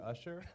Usher